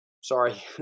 sorry